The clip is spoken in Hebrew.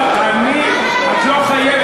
אבל, את לא חייבת.